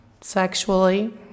sexually